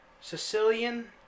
Sicilian